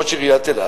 ראש עיריית אילת,